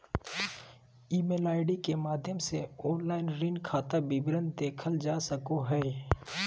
email ID के माध्यम से ऑनलाइन ऋण खाता विवरण देखल जा सको हय